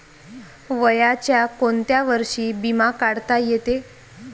वयाच्या कोंत्या वर्षी बिमा काढता येते?